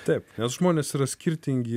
taip nes žmonės yra skirtingi